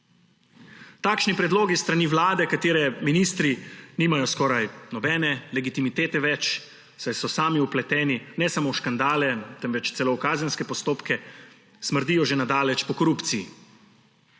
Takšni predlogi s strani vlade, katere ministri nimajo skoraj nobene legitimitete več, saj so sami vpleteni ne samo v škandale, temveč tudi celo kazenske postopke, smrdijo že na daleč po korupciji.